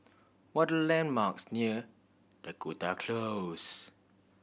what the landmarks near Dakota Close